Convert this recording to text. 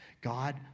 God